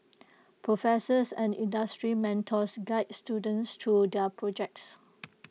professors and industry mentors guide students through their projects